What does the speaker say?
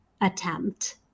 attempt